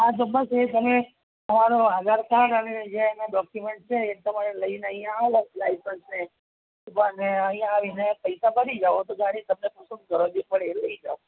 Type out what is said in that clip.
હા તો બસ એ તમે તમારું આધારકાર્ડ અને જે એના ડોક્યુમેન્ટ છે એ તમારે લઇને અહીંયા આવવાનું લાઇસન્સને અહીંયા આવીને પૈસા ભરી જાવ તો ગાડી તમને જે પસંદ પડે એ લઈ જાવ